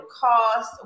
cost